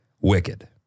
Wicked